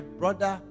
brother